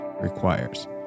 requires